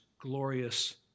glorious